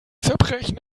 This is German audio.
zerbrechen